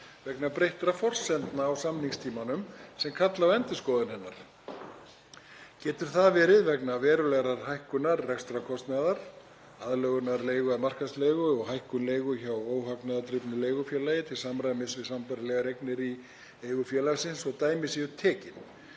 vegna breyttra forsendna á samningstímanum sem kalla á endurskoðun hennar. Getur það verið vegna verulegrar hækkunar rekstrarkostnaðar, aðlögunar leigu að markaðsleigu og hækkun leigu hjá óhagnaðardrifnu leigufélagi til samræmis við sambærilegar eignir í eigu félagsins svo dæmi séu tekin.